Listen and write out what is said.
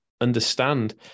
understand